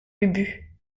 ubu